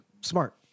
smart